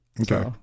Okay